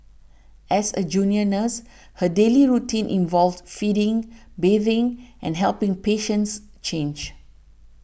as a junior nurse her daily routine involved feeding bathing and helping patients change